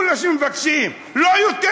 זה כולה מה שמבקשים, לא יותר.